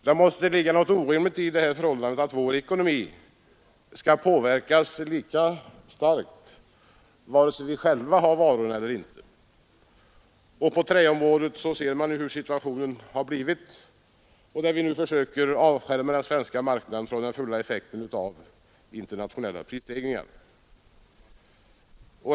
Det måste ligga något orimligt i förhållandet att vår ekonomi skall påverkas lika starkt, vare sig vi själva har varorna eller inte. På träområdet råder nu en situation som den jag beskrivit, där vi försökt avskärma den svenska marknaden från den fulla effekten av internationella prisstegringar.